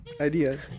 idea